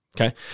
Okay